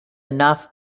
enough